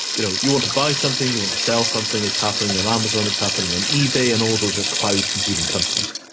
you know, you want to buy something you want to sell something, it's happening on amazon, it's happening on ebay, and all those are cloud computing companies.